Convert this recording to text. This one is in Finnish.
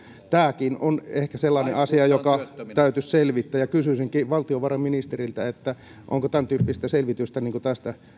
tämäkin on ehkä sellainen asia joka täytyisi selvittää kysyisinkin valtiovarainministeriltä onko tämäntyyppistä selvitystä tästä